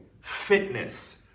fitness